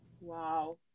Wow